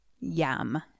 Yum